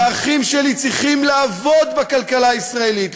והאחים שלי צריכים לעבוד בכלכלה הישראלית,